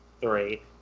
three